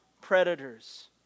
predators